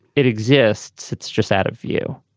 it exists. it's just out of view.